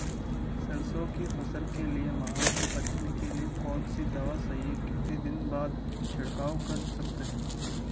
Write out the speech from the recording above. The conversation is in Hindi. सरसों की फसल के लिए माह से बचने के लिए कौन सी दवा सही है कितने दिन बाद छिड़काव कर सकते हैं?